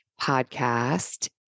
podcast